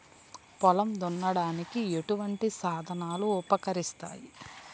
పొలం దున్నడానికి ఎటువంటి సాధనాలు ఉపకరిస్తాయి?